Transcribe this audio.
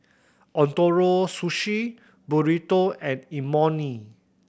Ootoro Sushi Burrito and Imoni